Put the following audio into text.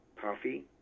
coffee